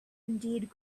indeed